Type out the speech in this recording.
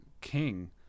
king